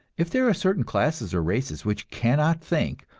if there are certain classes or races which cannot think,